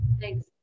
Thanks